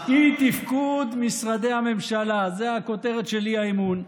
אי-תפקוד משרדי הממשלה זו הכותרת של האי-אמון.